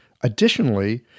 Additionally